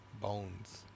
bones